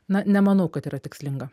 na nemanau kad yra tikslinga